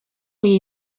jej